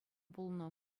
пулнӑ